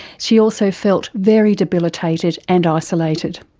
she also felt very debilitated and isolated.